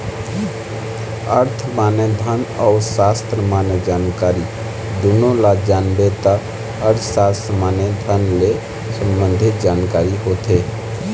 अर्थ माने धन अउ सास्त्र माने जानकारी दुनो ल जानबे त अर्थसास्त्र माने धन ले संबंधी जानकारी होथे